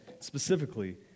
specifically